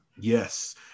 Yes